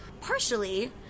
Partially